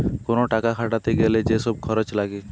কোন টাকা খাটাতে গ্যালে যে সব খরচ লাগে